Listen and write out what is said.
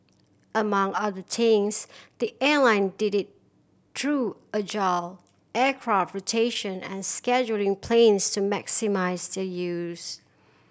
among other things the airline did it through agile aircraft rotation and scheduling planes to maximise their use